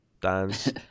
dance